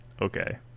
okay